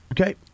Okay